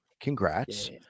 congrats